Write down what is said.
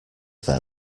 there